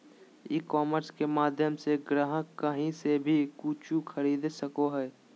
ई commerce के माध्यम से ग्राहक काही से वी कूचु खरीदे सको हइ